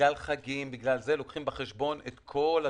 בגלל חגים, לוקחים בחשבון את כל הדברים.